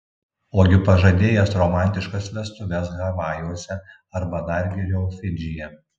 ogi pažadėjęs romantiškas vestuves havajuose arba dar geriau fidžyje